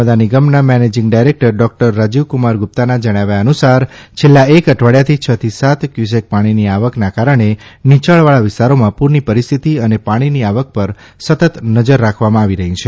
સરદાર સરોવર નર્મદા નિગમના managing director doctor Rajivkumar Gupta દ્વારા જણાવ્યા અનુસાર છેલ્લા એક અઠવાડિયાથી છ થી સાત કવુસેક પાણીની આવકના કારણે નિયાણવાળા વિસ્તારોમાં પૂરની પરિહ્યથિત અને પાણીની આવક પર સતત નજર રાખવામાં આવી રહી છે